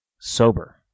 sober